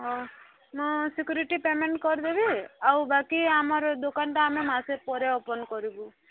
ହଁ ମୁଁ security payment କରିଦେବି ଆଉ ବାକି ଆମର ଦୋକାନଟା ଆମେ ମାସେ ପରେ ଓପନ୍ କରିବୁ